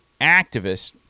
activists